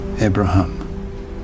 Abraham